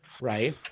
right